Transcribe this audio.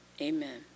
Amen